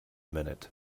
minute